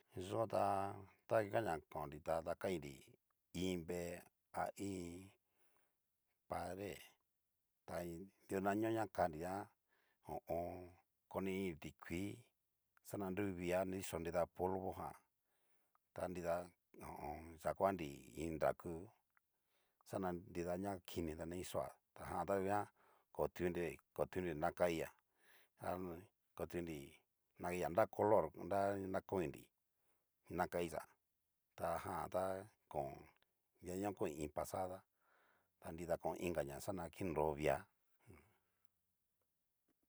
Yo ta tanguan ña konri ta dakainri iin vee, a iin pared ta didaño na kanri nguan ho o on. konri tikuii, xana nruvia na kixó nida polvojan ta nrida ho o on. yakuanri iin nraku, xa nida ña kinijan ta na kichoa, tajan ta nguan kotutunri nakaiyá ai kotunri nakaiya na color nra koninri nakaiya, ta jan ta kon didaño kon iin pasada ta nrida kon inkaña xana kinro viia.